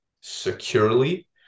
securely